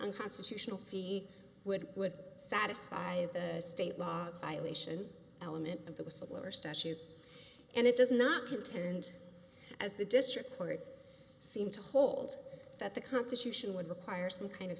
unconstitutional feat would would satisfy the state law violation element of a similar statute and it does not contend as the district court seem to hold that the constitution would require some kind of